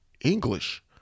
English